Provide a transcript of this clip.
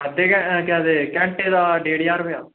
घट्ट गै घैंटे दा डेढ़ ज्हार रपेआ